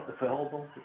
available